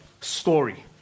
story